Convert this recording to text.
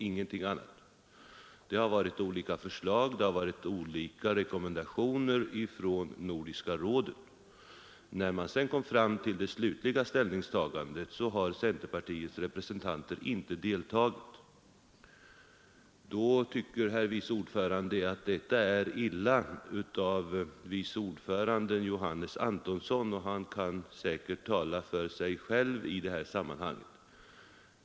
Det har framförts olika förslag och olika rekommendationer från Nordiska rådet. När man sedan kom fram till det slutliga ställningstagandet deltog inte centerpartiets representanter. Herr Mellqvist tycker att detta är illa av Nordiska rådets vice ordförande Johannes Antonsson. Han kan säkerligen tala för sig själv i detta sammanhang.